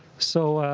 so